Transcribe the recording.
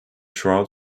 trout